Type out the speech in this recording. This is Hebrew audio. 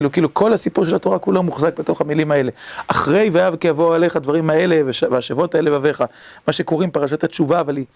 כאילו, כל הסיפור של התורה כולה מוחזק בתוך המילים האלה. אחרי וְהָיָה כִי יָבֹאוּ עָלֶיךָ כָּל הַדְּבָרִים הָאֵלֶּה, וַהֲשֵׁבֹתָ אֶל לְבָבֶךָ, מה שקוראים פרשת התשובה, אבל היא...